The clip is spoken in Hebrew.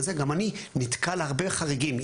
גם אני נתקל בהרבה חריגים.